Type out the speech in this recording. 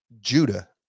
Judah